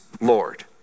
Lord